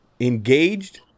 Engaged